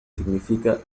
significa